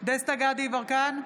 דסטה גדי יברקן,